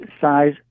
size